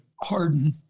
harden